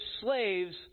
slaves